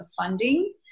funding